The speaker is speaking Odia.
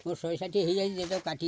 ମୋର ଶହେ ଷାଠିଏ ହେଇଯାଇଛି ଯେ ତାକୁ କାଟି